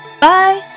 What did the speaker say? Bye